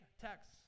text